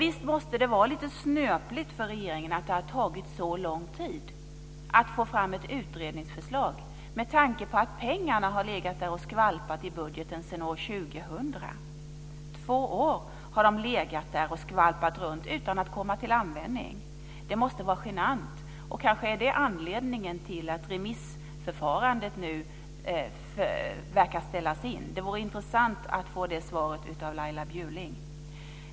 Visst måste det vara lite snöpligt för regeringen att det har tagit så lång tid att få fram ett utredningsförslag, med tanke på att pengarna har legat och skvalpat i budgeten sedan år 2000. I två år har de skvalpat runt där utan att komma till användning. Det måste vara genant, och kanske är det anledningen till att remissförfarandet nu verkar ställas in. Det vore intressant att få ett besked om detta från Laila Bjurling.